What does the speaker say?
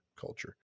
culture